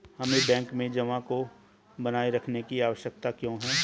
हमें बैंक में जमा को बनाए रखने की आवश्यकता क्यों है?